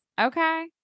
Okay